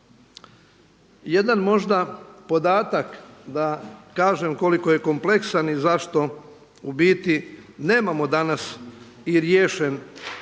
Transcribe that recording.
Jedan možda podatak da kažem koliko je kompleksan i zašto u biti nemamo danas i riješen